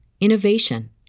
innovation